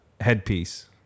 headpiece